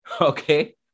Okay